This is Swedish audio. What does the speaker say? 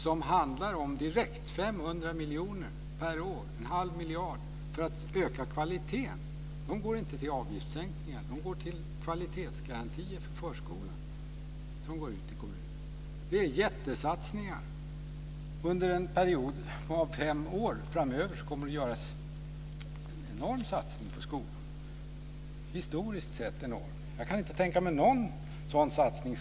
Det handlar direkt om 500 miljoner per år, 1⁄2 miljard, för att öka kvaliteten. Det är jättesatsningar. Under en period av fem år kommer det att göras en historiskt sett enorm satsning på skolan.